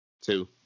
Two